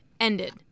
ended